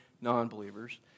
non-believers